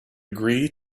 agree